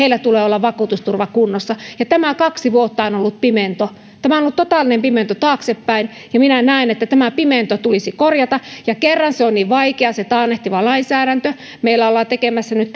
tulee olla vakuutusturva kunnossa tämä kaksi vuotta on on ollut pimento tämä on ollut totaalinen pimento taaksepäin ja minä näen että tämä pimento tulisi korjata ja kerran se on niin vaikeaa se taannehtiva lainsäädäntö meillä ollaan tekemässä nyt